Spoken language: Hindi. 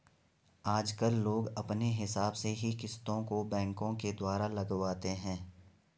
आजकल लोग अपने हिसाब से ही किस्तों को बैंकों के द्वारा लगवाते हैं